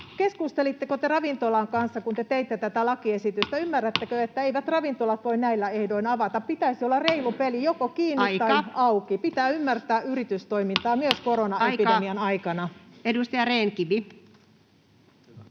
keskustelitteko te ravintoloiden kanssa, kun te teitte tätä lakiesitystä. Ymmärrättekö, että eivät ravintolat voi näillä ehdoin avata? Pitäisi olla reilu peli: joko kiinni [Puhemies: Aika!] tai auki. Pitää ymmärtää yritystoimintaa myös koronaepidemian [Puhemies: Aika!] aikana.